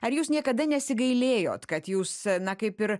ar jūs niekada nesigailėjot kad jūs na kaip ir